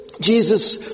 Jesus